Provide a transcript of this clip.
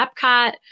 Epcot